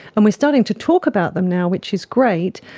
um we're starting to talk about them now, which is great,